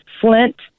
Flint